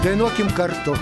dainuokim kartu